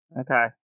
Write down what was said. Okay